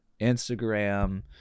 Instagram